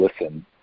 listen